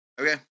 Okay